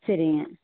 சரிங்க